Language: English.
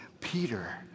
Peter